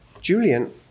Julian